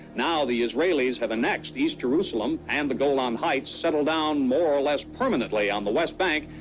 now the israelis have annexed east jerusalem and the golan heights, settled down more or less permanently on the west bank,